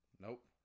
nope